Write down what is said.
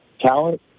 Talent